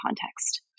context